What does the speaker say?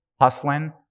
hustling